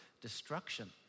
destruction